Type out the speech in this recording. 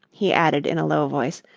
he added in a low voice,